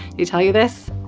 he tell you this?